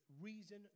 reason